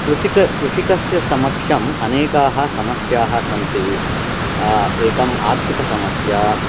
कृषिक कृषिकस्य समक्षम् अनेकाः समस्याः सन्ति एकम् आर्थिकसमस्या